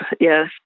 Yes